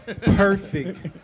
Perfect